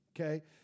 Okay